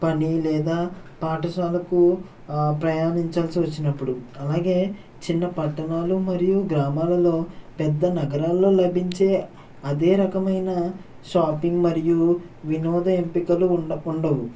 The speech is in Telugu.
పని లేదా పాఠశాలకు ప్రయాణించాల్సి వచ్చినప్పుడు అలాగే చిన్న పట్టణాలు మరియు గ్రామాలలో పెద్ద నగరాల్లో లభించే అదే రకమైన షాపింగ్ మరియు వినోద ఎంపికలు ఉండ ఉండవు